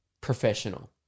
professional